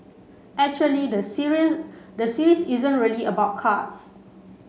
actually the series the series isn't really about cards